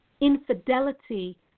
infidelity